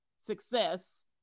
success